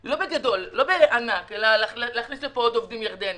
למשל להכניס עוד עובדים ירדנים.